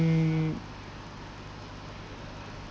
mm